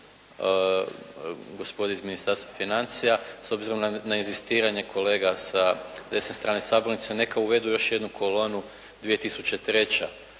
gospodin iz Ministarstva financija, s obzirom na inzistiranje kolega sa desne strane sabornice neka uvedu još jednu kolonu 2003.